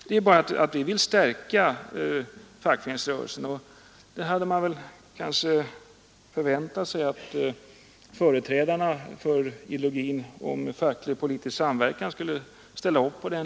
Vi vill bara stärka fackföreningsrörelsen, och på den linjen hade man kanske förväntat sig att företrädarna för ideologin om facklig och politisk samverkan skulle gå.